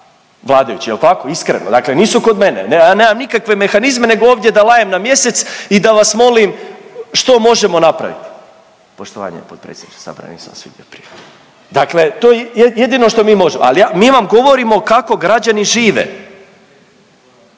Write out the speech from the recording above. vladajući jel tako, iskreno, dakle nisu kod mene, nemam, ja nemam nikakve mehanizme nego ovdje da lajem na mjesec i da vas molim što možemo napraviti, poštovanje potpredsjednice, zapravo nisam vas vidio prije, dakle to je jedino što mi možemo, al ja, mi vam govorimo kako građani žive.